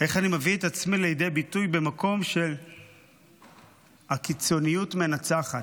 איך אני מביא את עצמי לידי ביטוי במקום שבו הקיצוניות מנצחת.